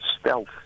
stealth